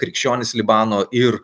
krikščionys libano ir